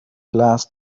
glass